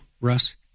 Russ